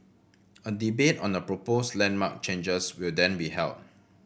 a debate on the proposed landmark changes will then be held